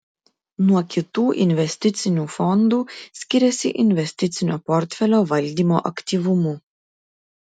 nuo kitų investicinių fondų skiriasi investicinio portfelio valdymo aktyvumu